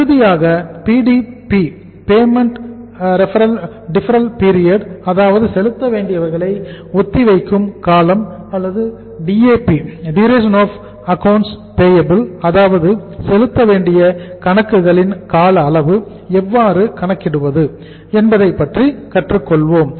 இறுதியாக PDP payment deferral period அதாவது செலுத்த வேண்டிய கணக்குகளின் கால அளவு எவ்வாறு கணக்கிடுவது என்பதை கற்றுக் கொள்வோம்